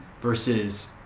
versus